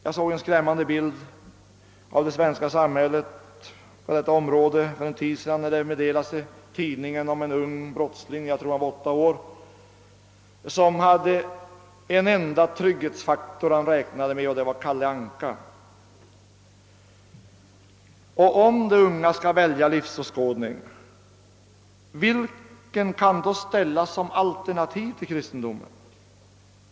Jag såg en skrämmande bild av det svenska samhället för en tid sedan då det i tidningen berättades om en ung brottsling — jag tror han var åtta år. Det fanns bara en trygghetsfaktor för honom, och det var Kalle Anka. Om de unga skall välja livsåskådning, vilken kan då ställas som alternativ till kristendomen?